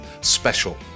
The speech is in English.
special